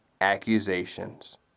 accusations